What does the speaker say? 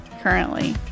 currently